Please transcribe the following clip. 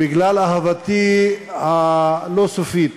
בגלל אהבתי הלא-סופית,